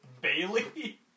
Bailey